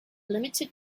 limited